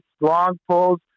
long-pulls